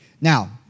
Now